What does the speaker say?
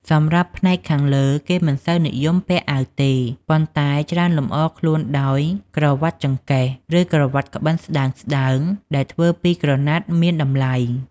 សម្រាប់ផ្នែកខាងលើ គេមិនសូវនិយមពាក់អាវទេ ប៉ុន្តែច្រើនលម្អខ្លួនដោយ ក្រវាត់ចង្កេះ ឬក្រវាត់ក្បិនស្តើងៗដែលធ្វើពីក្រណាត់មានតម្លៃ។